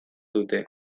dute